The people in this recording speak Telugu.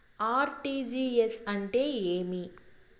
ఆర్.టి.జి.ఎస్ అంటే ఏమి